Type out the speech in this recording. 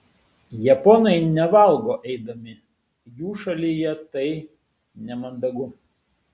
japonai nevalgo eidami jų šalyje tai nemandagu